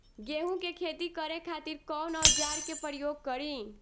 गेहूं के खेती करे खातिर कवन औजार के प्रयोग करी?